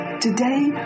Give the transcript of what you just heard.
Today